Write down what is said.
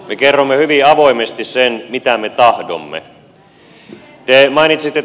me kerromme hyvin avoimesti sen mitä me tahdomme